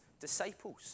disciples